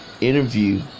interview